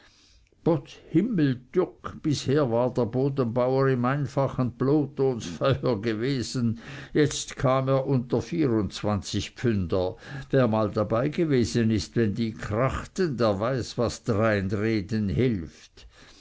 himmeltürk bisher war der bodenbauer im einfachen plotonsfeuer gewesen jetzt kam er unter vierundzwanzigpfünder wer mal dabeigewesen ist wenn die krachten der weiß was dreinreden hilft